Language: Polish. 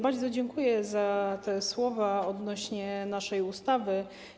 Bardzo dziękuję za te słowa dotyczące naszej ustawy.